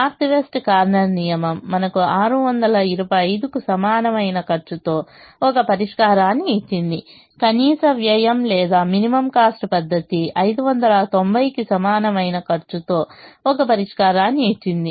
north west corner నియమం మనకు 625 కు సమానమైన ఖర్చుతో ఒక పరిష్కారాన్ని ఇచ్చింది కనీస వ్యయం లేదా మినిమం కాస్ట్ పద్ధతి 590 కు సమానమైన ఖర్చుతో ఒక పరిష్కారాన్ని ఇచ్చింది